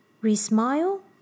Re-smile